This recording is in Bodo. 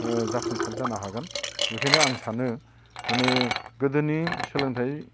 ओ जाफुंसार जानो हागोन बेखायनो आं सानो माने गोदोनि सोलोंथाय